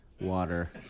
water